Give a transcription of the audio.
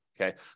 Okay